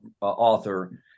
author